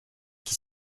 qui